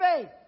faith